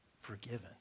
forgiven